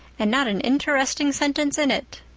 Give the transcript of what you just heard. and not an interesting sentence in it.